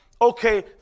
okay